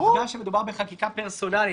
לעובדה שמדובר בחקיקה פרסונלית.